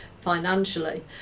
financially